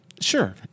Sure